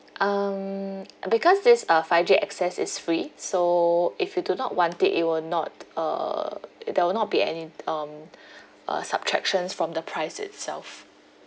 um because this uh five G access is free so if you do not want it it will not uh there will not be any um uh subtractions from the price itself